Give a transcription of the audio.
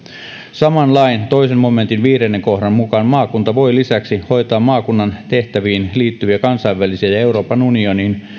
saman lain toisen momentin viidennen kohdan mukaan maakunta voi lisäksi hoitaa maakunnan tehtäviin liittyviä kansainvälisiä ja euroopan unionin